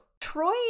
Troy